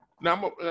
Now